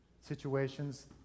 situations